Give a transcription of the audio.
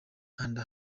kanda